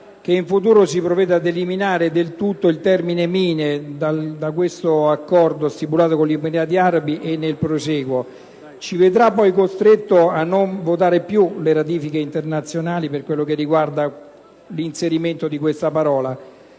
che in futuro si provveda ad eliminare del tutto il termine mine da questo accordo stipulato con gli Emirati Arabi e nel prosieguo. Mi vedrà altrimenti costretto a non votare più le ratifiche internazionali per quello che riguarda l'inserimento di questa parola.